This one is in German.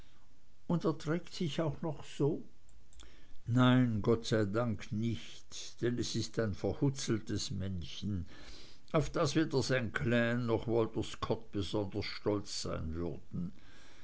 und trägt sich auch noch so nein gott sei dank nicht denn es ist ein verhutzeltes männchen auf das weder sein clan noch walter scott besonders stolz sein würden